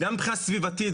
גם מבחינה סביבתית,